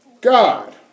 God